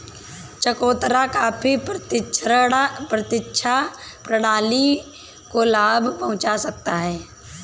चकोतरा आपकी प्रतिरक्षा प्रणाली को लाभ पहुंचा सकता है